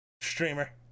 Streamer